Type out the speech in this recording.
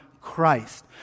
Christ